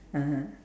(uh huh)